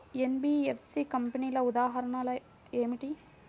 NBFC కంపెనీల ఉదాహరణ ఏమిటి?